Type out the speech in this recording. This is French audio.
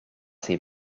ses